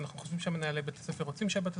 אנחנו חושבים שמנהלי בתי הספר רוצים שבתי